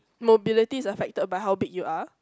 mobility is affected by how big you are